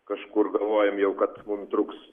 kažkur galvojom kad mums truks